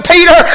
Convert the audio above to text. Peter